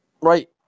Right